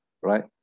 Right